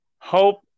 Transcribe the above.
hope